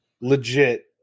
legit